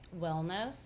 wellness